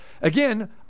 again